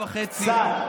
קצת.